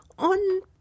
on